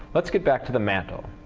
let's get back to the mantle,